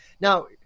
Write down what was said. Now